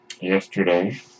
yesterday